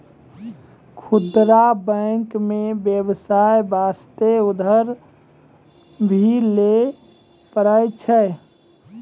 खुदरा बैंक मे बेबसाय बास्ते उधर भी लै पारै छै